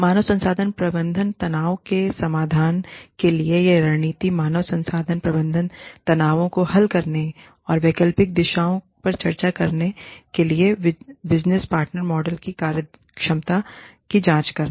मानव संसाधन प्रबंधन तनावों के समाधान के लिए और सही रणनीति मानव संसाधन प्रबंधन तनावों को हल करने और वैकल्पिक दिशाओं पर चर्चा करने के लिए बिजनेस पार्टनर मॉडल की कार्यक्षमता की जांच करना